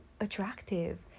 attractive